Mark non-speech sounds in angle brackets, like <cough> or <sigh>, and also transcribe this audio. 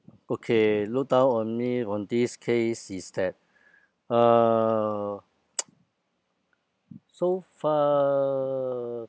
okay look down on me on this case is that uh <noise> so far